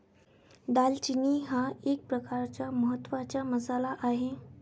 दालचिनी हा एक प्रकारचा महत्त्वाचा मसाला आहे